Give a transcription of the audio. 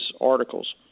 articles